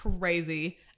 crazy